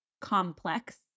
complex